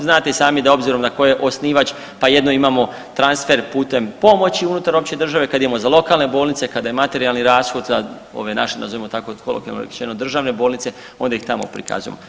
Znate i sami da obzirom da tko je osnivač pa jednom imamo transfer putem pomoći unutar opće države, kad imamo za lokalne bolnice kada je materijalni rashod sad ove naše nazovimo tako kolokvijalno rečeno državne bolnice onda ih tamo prikazujemo.